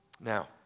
Now